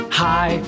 hi